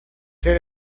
ser